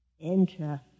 Enter